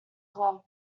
glove